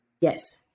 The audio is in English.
Yes